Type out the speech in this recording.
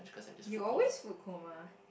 you always food coma